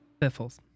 Biffles